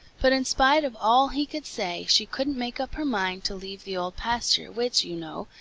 but in spite of all he could say she couldn't make up her mind to leave the old pasture, which, you know,